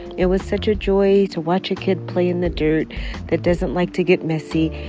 it was such a joy to watch a kid play in the dirt that doesn't like to get messy.